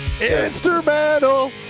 instrumental